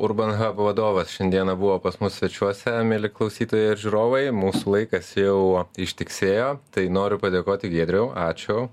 urbanhab vadovas šiandieną buvo pas mus svečiuose mieli klausytojai ir žiūrovai mūsų laikas jau ištiksėjo tai noriu padėkoti giedriau ačiū